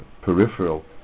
peripheral